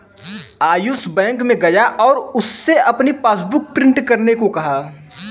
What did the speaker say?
Ayush bank में गया और उससे अपनी पासबुक प्रिंट करने को कहा